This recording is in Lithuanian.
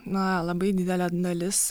na labai didelė dalis